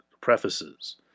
prefaces